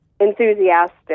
enthusiastic